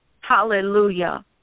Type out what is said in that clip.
hallelujah